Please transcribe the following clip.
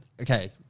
okay